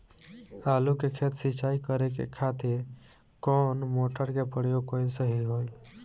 आलू के खेत सिंचाई करे के खातिर कौन मोटर के प्रयोग कएल सही होई?